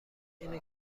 اینه